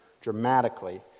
dramatically